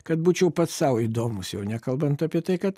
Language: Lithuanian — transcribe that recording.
kad būčiau pats sau įdomūs jau nekalbant apie tai kad